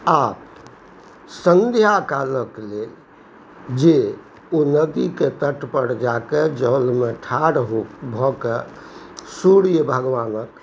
आओर सँध्या कालके लेल जे ओ नदीके तटपर जाकऽ जलमे ठाढ़ हो भऽ कऽ सूर्य भगवानके